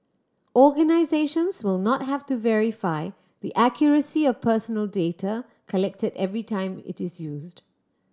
organisations will not have to verify the accuracy or personal data collected every time it is used